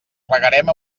regarem